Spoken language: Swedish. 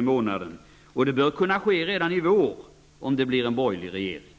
i månaden och att det borde kunna ske redan till våren om det blev en borgerlig regering.